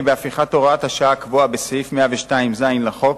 בהפיכת הוראת השעה הקבועה בסעיף 102ז לחוק,